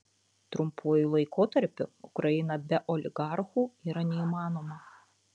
trumpuoju laikotarpiu ukraina be oligarchų yra neįmanoma